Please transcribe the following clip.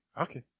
Okay